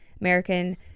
American